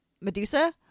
Medusa